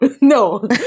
no